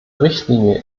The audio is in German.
richtlinie